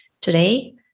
Today